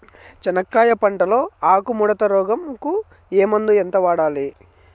చెనక్కాయ పంట లో ఆకు ముడత రోగం కు ఏ మందు ఎంత వాడాలి?